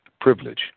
privilege